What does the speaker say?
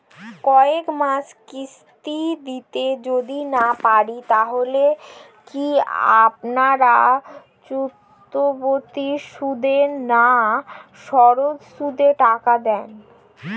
কয়েক মাস কিস্তি দিতে যদি না পারি তাহলে কি আপনারা চক্রবৃদ্ধি সুদে না সরল সুদে টাকা দেন?